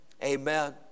Amen